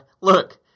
look